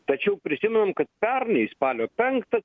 tačiau prisimenu kad pernai spalio penktą